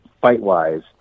fight-wise